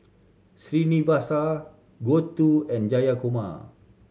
Srinivasa Gouthu and Jayakumar